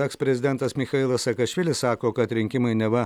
eksprezidentas michailas saakašvilis sako kad rinkimai neva